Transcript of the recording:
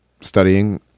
studying